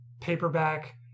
paperback